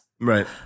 Right